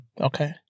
Okay